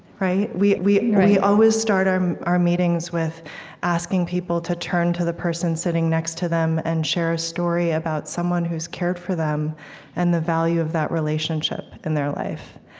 we we always start our our meetings with asking people to turn to the person sitting next to them and share a story about someone who's cared for them and the value of that relationship in their life.